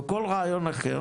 או כל רעיון אחר